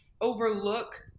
overlook